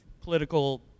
political